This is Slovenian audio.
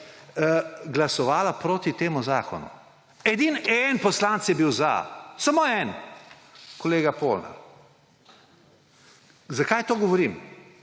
glasovala proti temu zakonu. Edino en poslanec je bil za. Samo eden, kolega Polnar. Zakaj to govorim?